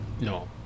no